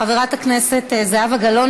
חברת הכנסת זהבה גלאון,